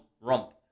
rump